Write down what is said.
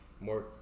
more